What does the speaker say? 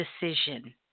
Decision